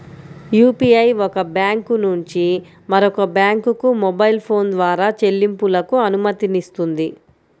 UPI ఒక bank నుంచి మరొక బ్యాంకుకు మొబైల్ ఫోన్ ద్వారా చెల్లింపులకు అనుమతినిస్తుంది